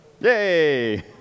Yay